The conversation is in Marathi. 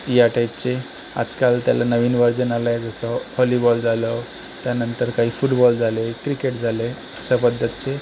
या टाईपचे आजकाल त्याला नवीन व्हर्जन आलंय जसं हॉलीबॉल झालं त्यानंतर काही फुटबॉल झाले क्रिकेट झाले अशा पद्धतीचे